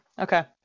Okay